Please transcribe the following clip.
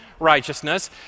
righteousness